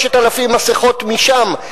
5,000 מסכות משם,